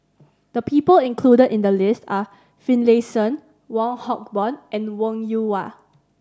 the people included in the list are Finlayson Wong Hock Boon and Wong Yoon Wah